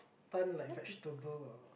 stunned like vegetable ah